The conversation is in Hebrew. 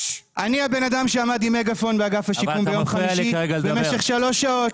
אני הבן אדם שעמד עם מגפון באגף השיקום ביום חמישי במשך שלוש שעות.